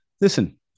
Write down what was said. Listen